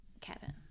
Kevin